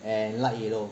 and light yellow